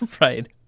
right